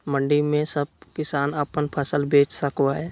मंडी में सब किसान अपन फसल बेच सको है?